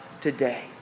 today